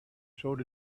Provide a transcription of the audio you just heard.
showed